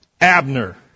Abner